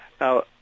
Now